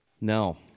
No